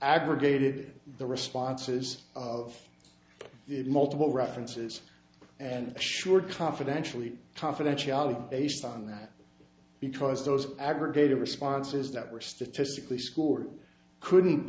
aggregated the responses of multiple references and assured confidentially confidentiality based on that because those aggregate of responses that were statistically scored couldn't